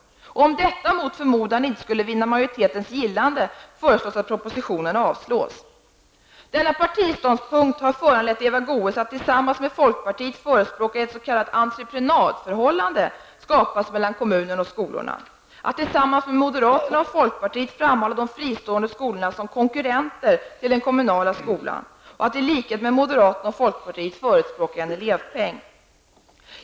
Om detta mot förmodan inte skulle vinna majoritetens gillande föreslås att förslagen i propositionen avslås. Denna partiståndpunkt har föranlett Eva Goe s att tillsammans med folkpartiet förespråka att ett s.k. entreprenadförhållande skapas mellan kommunen och skolorna, att tillsammans med moderaterna och folkpartiet framhålla de fristående skolorna som konkurrenter till den kommunala skolan och att i likhet med moderaterna och folkpartiet förespråka en elevpeng.